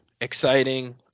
exciting